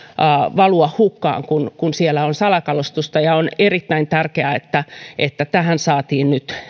valua hukkaan kun kun siellä on salakalastusta ja on erittäin tärkeää että että tähän saatiin nyt